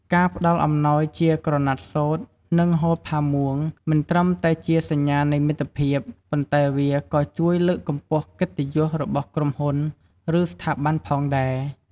ការផ្តល់អំណោយជាក្រណាត់សូត្រ និងហូលផាមួង មិនត្រឹមតែជាសញ្ញានៃមិត្តភាព ប៉ុន្តែវាក៏ជួយលើកកម្ពស់កិត្តិយសរបស់ក្រុមហ៊ុន ឬស្ថាប័នផងដែរ។